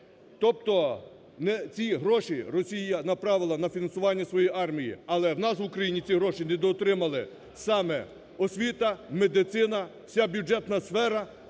Тобто ці гроші Росія направила на фінансування своєї армії, але в нас в Україні ці гроші недоотримали саме освіта, медицина, вся бюджетна сфера,